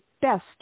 best